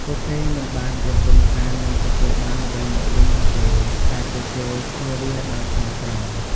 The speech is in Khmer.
ពួកគេមិនបានរំពឹងថានឹងទទួលបានអ្វីមកវិញនោះទេ តែពួកគេធ្វើវាដោយស្មោះត្រង់។